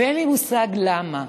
אין לי מושג למה.